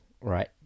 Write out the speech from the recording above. right